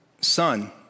Son